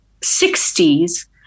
60s